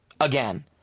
again